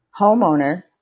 homeowner